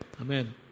Amen